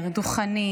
דוכנים,